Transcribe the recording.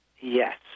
Yes